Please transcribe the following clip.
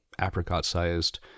apricot-sized